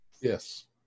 Yes